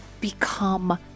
become